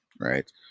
right